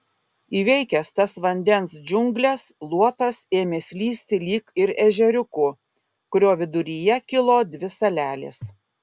įveikęs tas vandens džiungles luotas ėmė slysti lyg ir ežeriuku kurio viduryje kilo dvi salelės